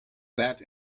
that